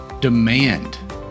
Demand